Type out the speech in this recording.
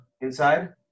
Inside